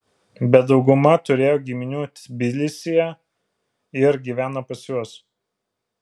bet dauguma turėjo giminių tbilisyje ir gyvena pas juos